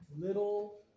Little